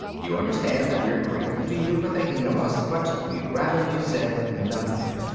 you understand that we're grateful to you for thinking of us, but we'd rather you said nothing.